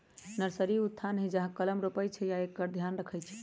nursery उ स्थान हइ जहा कलम रोपइ छइ आ एकर ध्यान रखहइ